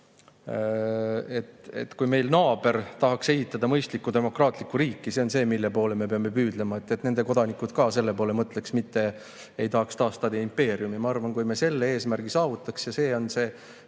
et ka meie naaber tahaks ehitada mõistlikku demokraatlikku riiki. See on see, mille poole me peame püüdlema – et nende kodanikud ka nii mõtleksid, mitte ei tahaks taastada impeeriumi. Ma arvan, et kui me selle eesmärgi saavutaks ... See on see